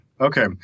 Okay